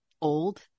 old